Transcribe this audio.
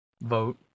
vote